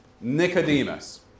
Nicodemus